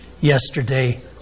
yesterday